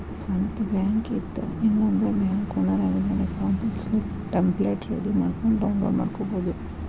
ಸ್ವಂತ್ ಬ್ಯಾಂಕ್ ಇತ್ತ ಇಲ್ಲಾಂದ್ರ ಬ್ಯಾಂಕ್ ಓನರ್ ಆಗಿದ್ರ ಡೆಪಾಸಿಟ್ ಸ್ಲಿಪ್ ಟೆಂಪ್ಲೆಟ್ ರೆಡಿ ಮಾಡ್ಕೊಂಡ್ ಡೌನ್ಲೋಡ್ ಮಾಡ್ಕೊಬೋದು